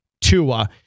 Tua